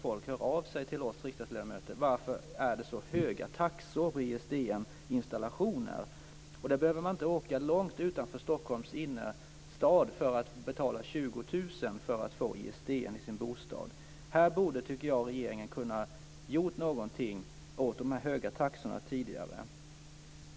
Folk hör av sig till oss riksdagsledamöter och undrar: Varför är det så höga taxor för ISDN-installation? Man behöver inte åka långt utanför Stockholms innerstad för att tvingas betala 20 000 för att få ISDN i sin bostad. Här borde, tycker jag, regeringen ha kunnat göra något åt de här höga taxorna tidigare.